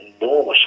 enormous